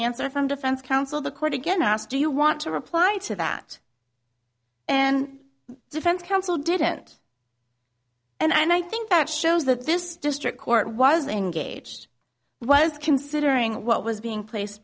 from defense counsel the court again asked do you want to reply to that and defense counsel didn't and i think that shows that this district court was engaged and was considering what was being placed